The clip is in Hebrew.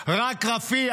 רק רפיח,